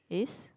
is